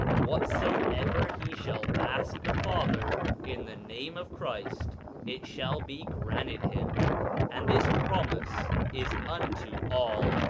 whatsoever he shall ask the father in the name of christ it shall be granted him and this promise is unto all,